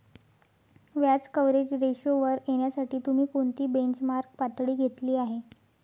व्याज कव्हरेज रेशोवर येण्यासाठी तुम्ही कोणती बेंचमार्क पातळी घेतली आहे?